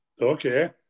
Okay